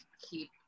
keep